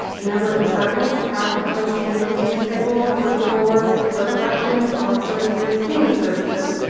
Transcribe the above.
a number of departments have proposed changes to the schedule clerk of the board clerk, elections, health services, human services.